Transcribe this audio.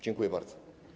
Dziękuję bardzo.